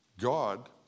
God